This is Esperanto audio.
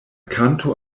kanto